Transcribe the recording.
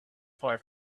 far